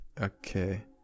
okay